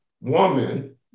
woman